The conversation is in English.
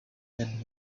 men